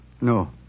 No